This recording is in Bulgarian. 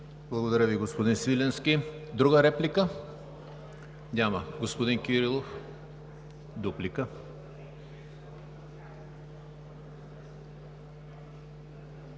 Благодаря Ви, господин Свиленски. Друга реплика? Няма. Господин Кирилов – дуплика.